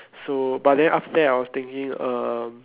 so but then after that I was thinking uh